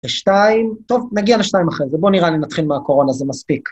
ושתיים, טוב, נגיע לשניים אחרי זה, בוא, נראה לי נתחיל מהקורונה, זה מספיק.